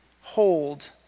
hold